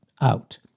out